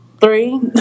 Three